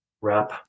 wrap